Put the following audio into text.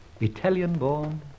Italian-born